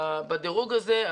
בדירוג הזה.